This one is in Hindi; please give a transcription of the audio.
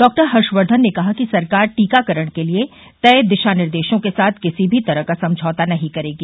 डॉक्टर हर्षवर्धन ने कहा कि सरकार टीकाकरण के लिए तय दिशा निर्देशों के साथ किसी तरह का समझौता नहीं करेगी